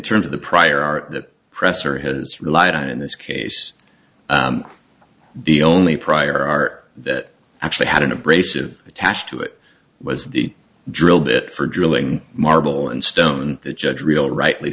terms of the prior art that presser has relied on in this case the only prior art that actually had an abrasive attached to it was the drill bit for drilling marble and stone that judge real rightly